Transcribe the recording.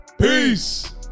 peace